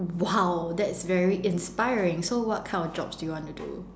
!wow! that's very inspiring so what kind of jobs do you want to do